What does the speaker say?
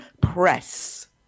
press